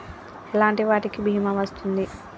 ఎలాంటి వాటికి బీమా వస్తుంది?